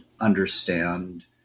understand